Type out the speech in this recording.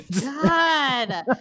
God